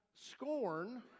scorn